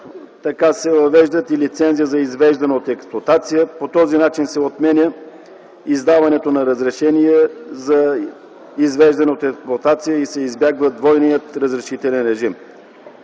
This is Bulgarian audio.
се въвежда и лицензия за извеждане от експлоатация. По този начин се отменя издаването на разрешения за извеждане от експлоатация и се избягва двойния разрешителен режим.